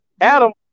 Adam